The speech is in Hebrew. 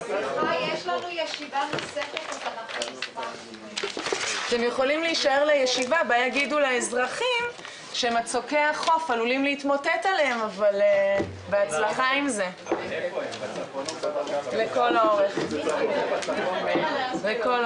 הישיבה ננעלה בשעה 12:05.